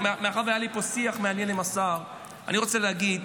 אני רוצה להגיד